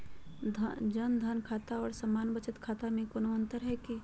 जन धन खाता और सामान्य बचत खाता में कोनो अंतर है की?